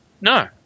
No